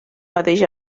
mateix